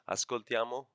Ascoltiamo